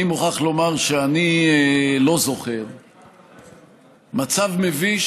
אני מוכרח לומר שאני לא זוכר מצב מביש